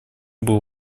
был